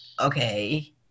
okay